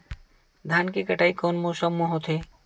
धान के कटाई कोन मौसम मा होथे?